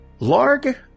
Larg